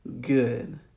good